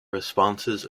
responses